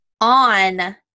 on